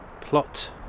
plot